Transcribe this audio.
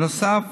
בנוסף,